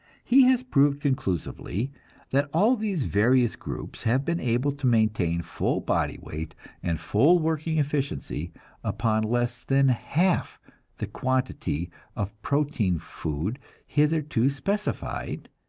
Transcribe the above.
he has proved conclusively that all these various groups have been able to maintain full body weight and full working efficiency upon less than half the quantity of protein food hitherto specified,